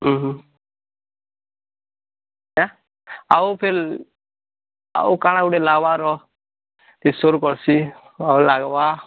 ଉଁ ହୁଁ ଏଁ ଆଉ ଫିର୍ ଆଉ କାଣ ଗୋଟେ ଲାଗବା ରହ ଇଶ୍ୱର କର୍ସି ଆଉ ଲାଗ୍ବା